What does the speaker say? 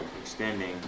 extending